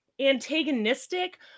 antagonistic